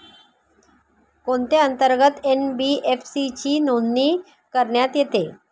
कोणत्या अंतर्गत एन.बी.एफ.सी ची नोंदणी करण्यात येते?